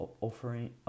offering